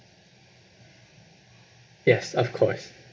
yes of course